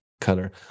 color